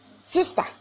sister